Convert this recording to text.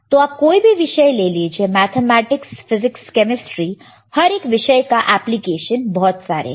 तो आप कोई भी विषय ले लीजिए मैथमेटिक्स फिजिक्स केमिस्ट्री हर एक विषय का एप्लीकेशन बहुत सारे हैं